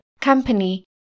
company